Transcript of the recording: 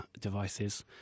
devices